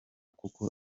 kuko